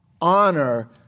honor